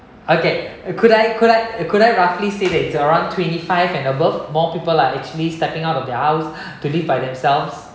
okay could I could I could I roughly say that it's around twenty five and above more people are actually stepping out of their house to live by themselves